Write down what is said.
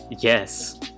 Yes